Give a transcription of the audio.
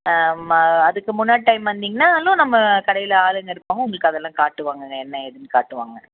ஆ அதுக்கு முன்னாடி டைம் வந்திங்கனாலும் நம்ம கடையில் ஆளுங்கள் இருப்பாங்க உங்களுக்கு அதெல்லாம் காட்டுவாங்கங்க என்ன ஏதுன்னு காட்டுவாங்க